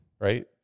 right